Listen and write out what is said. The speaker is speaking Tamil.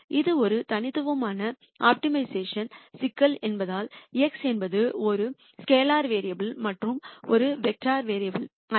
இது ஒரு தனித்துவமான ஆப்டிமைசேஷன் சிக்கல் என்பதால் x என்பது ஒரு ஸ்கேலார் வேரியபுல் மற்றும் ஒரு வெக்டர் வேரியபுல் அல்ல